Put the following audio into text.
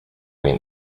went